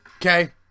Okay